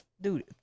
dude